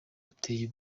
buteye